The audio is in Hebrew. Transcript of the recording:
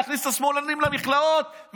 להכניס את השמאלנים למכלאות,